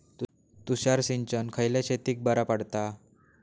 तुषार सिंचन खयल्या शेतीक बरा पडता?